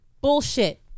bullshit